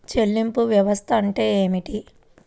చెల్లింపు వ్యవస్థ అంటే ఏమిటి?